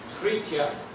creature